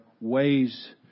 ways